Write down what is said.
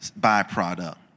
byproduct